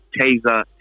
Taser